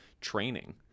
training